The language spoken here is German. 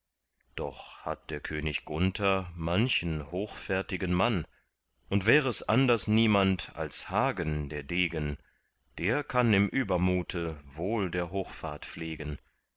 doch hat der könig gunther manchen hochfährtigen mann und wär es anders niemand als hagen der degen der kann im übermute wohl der hochfahrt pflegen